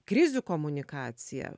krizių komunikaciją